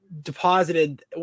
deposited